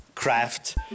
craft